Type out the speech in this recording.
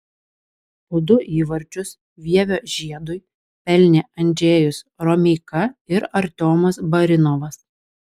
po du įvarčius vievio žiedui pelnė andžejus romeika ir artiomas barinovas